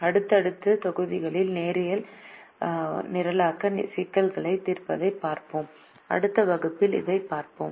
அடுத்தடுத்த தொகுதியில் நேரியல் நிரலாக்க சிக்கல்களைத் தீர்ப்பதைப் பார்ப்போம் அடுத்த வகுப்பில் அதைப் பார்ப்போம்